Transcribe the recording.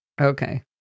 Okay